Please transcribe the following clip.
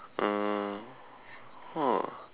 uh !wah!